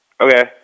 Okay